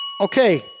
Okay